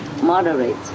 Moderate